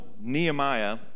Nehemiah